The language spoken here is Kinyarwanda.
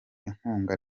inkunga